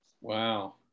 Wow